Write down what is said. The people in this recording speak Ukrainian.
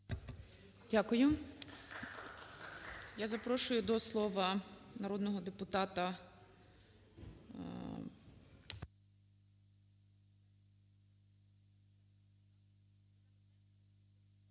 Дякую. Я запрошую до слова народного депутата…